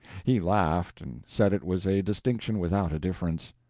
he laughed, and said it was a distinction without a difference.